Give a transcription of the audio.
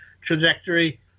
trajectory